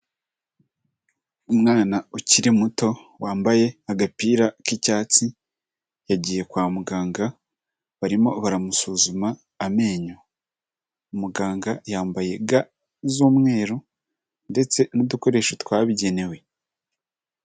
Umwana ukiri muto wambaye agapira k'icyatsi yagiye kwa muganga barimo baramusuzuma amenyo, umuganga yambaye ga z'umweru ndetse n'udukoresho twabigenewe.